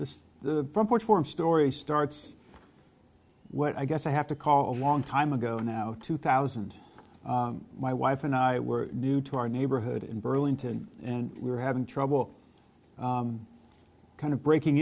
is the front porch form story starts what i guess i have to call a long time ago now two thousand my wife and i were new to our neighborhood in burlington and we were having trouble kind of breaking